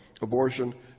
abortion